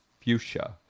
fuchsia